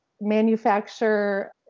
manufacture